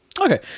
okay